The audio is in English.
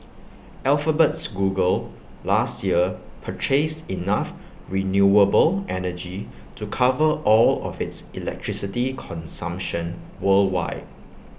Alphabet's Google last year purchased enough renewable energy to cover all of its electricity consumption worldwide